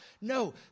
No